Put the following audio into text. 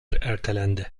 ertelendi